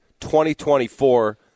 2024